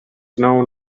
known